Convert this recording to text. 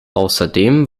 außerdem